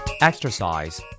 Exercise